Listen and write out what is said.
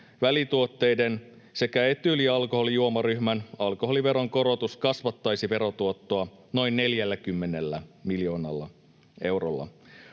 välituotteiden sekä etyylialkoholijuomaryhmän alkoholiveron korotus kasvattaisi verotuottoa noin 40 miljoonalla eurolla.